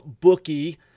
bookie